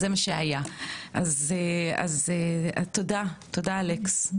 זה מה שהיה, אז תודה אלכס.